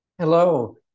Hello